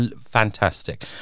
fantastic